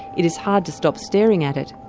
it is hard to stop staring at it.